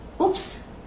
oops